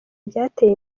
ryateye